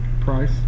Price